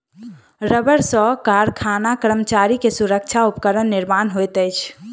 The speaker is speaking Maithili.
रबड़ सॅ कारखाना कर्मचारी के सुरक्षा उपकरण निर्माण होइत अछि